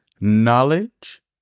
knowledge